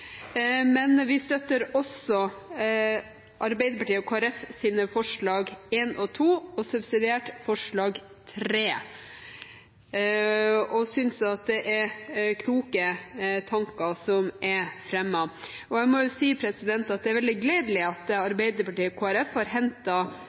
men vi støtter også forslagene nr. 1 og 2 fra Arbeiderpartiet og Kristelig Folkeparti, og subsidiært forslag nr. 3. Vi synes det er kloke tanker som er fremmet. Jeg må si at det er veldig gledelig at